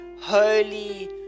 holy